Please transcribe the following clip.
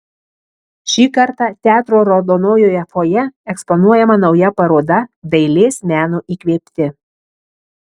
šį kartą teatro raudonojoje fojė eksponuojama nauja paroda dailės meno įkvėpti